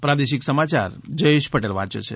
પ્રાદેશિક સમાયાર જયેશ પટેલ વાંચે છે